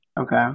Okay